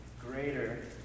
greater